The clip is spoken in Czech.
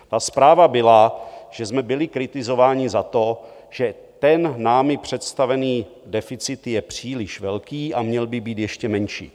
Ta zpráva byla, že jsme byli kritizováni za to, že ten námi představený deficit je příliš velký a měl by být ještě menší.